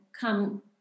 come